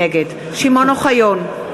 נגד שמעון אוחיון,